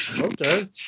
Okay